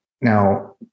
Now